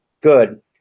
good